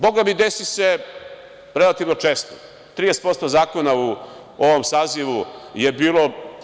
Boga mi, desi se relativno često, 30% zakona u ovom sazivu je bilo.